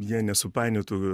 jie nesupainiotų